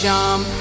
Jump